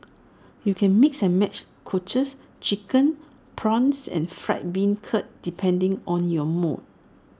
you can mix and match Cockles Chicken Prawns and Fried Bean Curd depending on your mood